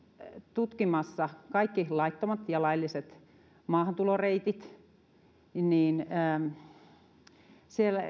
tutkimassa kaikki laittomat ja lailliset maahantuloreitit ja jos siellä